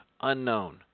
Unknown